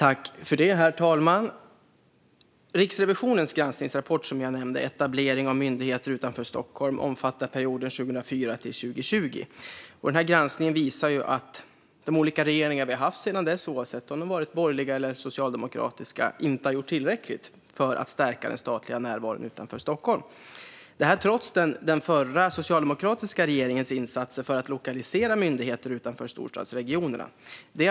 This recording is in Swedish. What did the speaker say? Herr talman! Riksrevisionens granskningsrapport Etablering av myndigheter utanför Stockholm , som jag nämnde, omfattar perioden 2004-2020. Granskningen visar att de olika regeringar vi har haft sedan dess, oavsett om de varit borgerliga eller socialdemokratiska, inte har gjort tillräckligt för att stärka den statliga närvaron utanför Stockholm, detta trots den förra, socialdemokratiska regeringens insatser för att lokalisera myndigheter utanför storstadsregionerna.